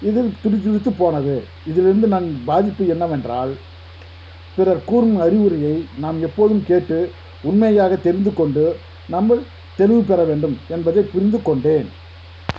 இதில் துடிதுடித்துப் போனது இதில் இருந்து நாம் பாதிப்பு என்னவென்றால் பிறர் கூறும் அறிவுரையை நாம் எப்போதும் கேட்டு உண்மையாகத் தெரிந்துக்கொண்டு நம்ம தெளிவு பெற வேண்டும் என்பதைப் புரிந்துக்கொண்டேன்